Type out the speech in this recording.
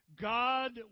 God